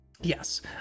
Yes